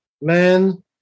man